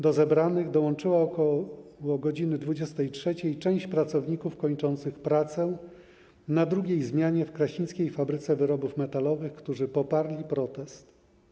Do zebranych dołączyła ok. godz. 23 część pracowników kończących pracę na drugiej zmianie w Kraśnickiej Fabryce Wyrobów Metalowych, którzy poparli protest.